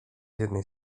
jednej